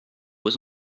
was